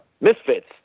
Misfits